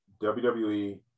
wwe